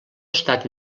estat